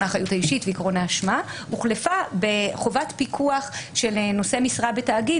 האחריות האישית ועיקרון האשמה הוחלפה בחובת פיקוח של נושא משרה בתאגיד